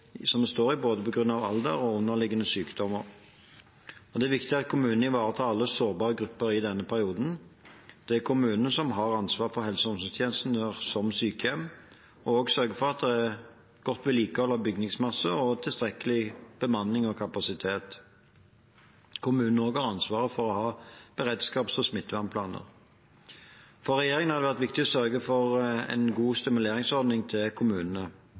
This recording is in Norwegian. i, både på grunn av alder og på grunn av underliggende sykdommer. Det er viktig at kommunene ivaretar alle sårbare grupper i denne perioden. Det er kommunene som har ansvaret for helse- og omsorgstjenesten, som sykehjem, og som sørger for at det er godt vedlikehold av bygningsmasse og tilstrekkelig bemanning og kapasitet. Kommunene har også ansvaret for å ha beredskaps- og smittevernplaner. For regjeringen har det vært viktig å sørge for en god stimuleringsordning til kommunene.